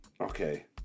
Okay